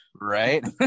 right